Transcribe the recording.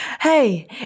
Hey